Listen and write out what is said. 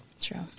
True